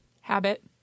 habit